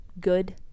good